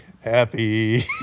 Happy